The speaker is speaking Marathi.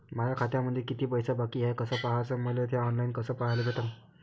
माया खात्यामंधी किती पैसा बाकी हाय कस पाह्याच, मले थे ऑनलाईन कस पाह्याले भेटन?